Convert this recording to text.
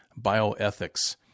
bioethics